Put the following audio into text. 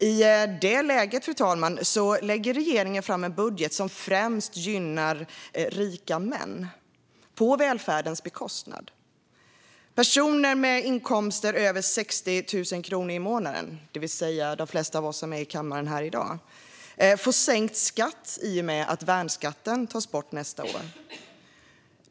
I det läget, fru talman, lägger regeringen fram en budget som främst gynnar rika män, på välfärdens bekostnad. Personer med inkomster på över 60 000 kronor i månaden, det vill säga de flesta av oss i kammaren i dag, får sänkt skatt i och med att värnskatten tas bort nästa år.